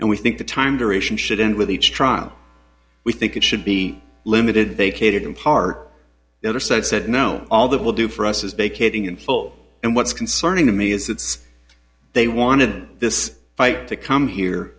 and we think the time duration should end with each trial we think it should be limited they catered in part the other side said no all that will do for us is vacating in full and what's concerning to me is it's they wanted this fight to come here